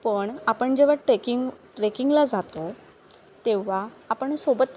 पण आपण जेव्हा ट्रेकिंग ट्रेकिंगला जातो तेव्हा आपण सोबत